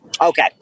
Okay